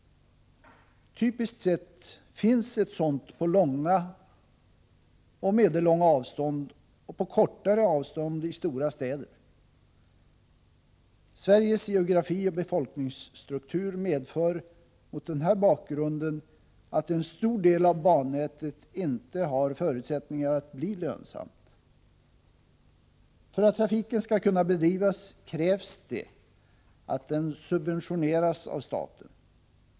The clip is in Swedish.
Typiskt sett finns ett sådant på långa och medellånga avstånd och på kortare avstånd i stora städer. Sveriges geografi och befolkningsstruktur medför mot denna bakgrund att en stor del av bannätet inte har förutsättningar att bli lönsam. För att trafiken skall kunna bedrivas krävs det att den subventioneras av staten.